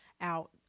out